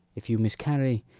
if you miscarry,